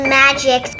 magic